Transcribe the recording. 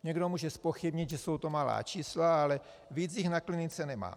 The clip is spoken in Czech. Někdo může zpochybnit, že jsou to malá čísla, ale víc jich na klinice nemám.